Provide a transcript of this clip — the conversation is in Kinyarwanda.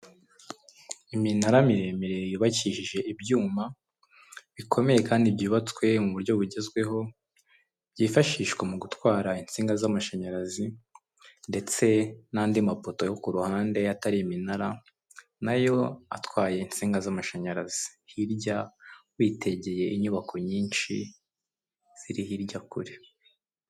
Iminara miremire yubakishije ibyuma bikomeye kandi byubatswe mu buryo bugezweho, byifashishwa mu gutwara insinga z'amashanyarazi ndetse n'andi mapoto yo ku ruhande atari iminara nayo atwaye insinga z'amashanyarazi. Hirya witegeye inyubako nyinshi ziri hirya kure.